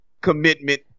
commitment